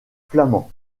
flamand